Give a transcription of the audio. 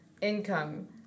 income